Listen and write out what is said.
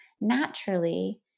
naturally